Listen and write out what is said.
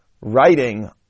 writing